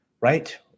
right